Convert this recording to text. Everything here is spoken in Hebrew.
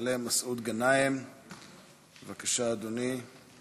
יעלה מסעוד גנאים, בבקשה, אדוני.